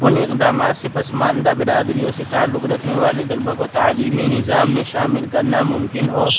ان اقدامات سے پسماندہ برادریوں سے تعلق رکھنے والے طلبہ کو تعلیمی نظام میں شامل کرنا ممکن ہو